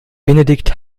benedikt